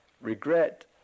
regret